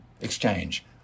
exchange